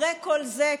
אחרי כל זה,